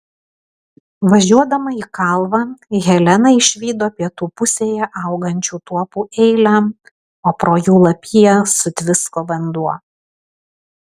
važiuodama į kalvą helena išvydo pietų pusėje augančių tuopų eilę o pro jų lapiją sutvisko vanduo